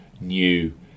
new